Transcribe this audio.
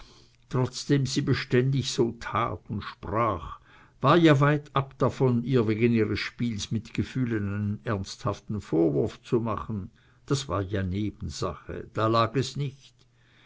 trotzdem sie beständig so tat und sprach war ja weitab davon ihr wegen ihres spiels mit gefühlen einen ernsthaften vorwurf zu machen das war ja nebensache da lag es nicht